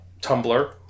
Tumblr